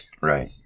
right